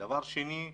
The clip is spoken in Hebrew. דבר שני,